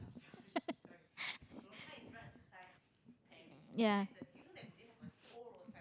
ya